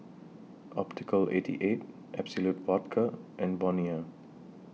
Optical eighty eight Absolut Vodka and Bonia